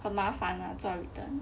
很麻烦啊做 return